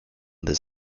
this